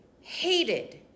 hated